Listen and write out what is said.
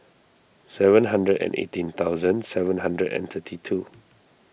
seven hundred and eighteen thousand seven hundred and thirty two